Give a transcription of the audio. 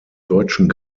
deutschen